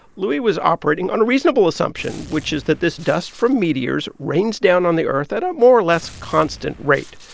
luis was operating on a reasonable assumption, which is that this dust from meteors meteors rains down on the earth at a more or less constant rate.